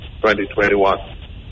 2021